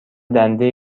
دنده